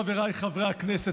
חבריי חברי הכנסת,